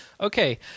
Okay